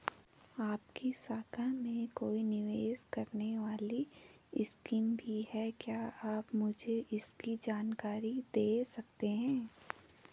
आपकी शाखा में कोई निवेश करने वाली स्कीम भी है क्या आप मुझे इसकी जानकारी दें सकते हैं?